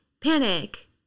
panic